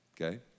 okay